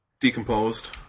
decomposed